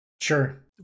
Sure